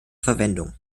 verwendung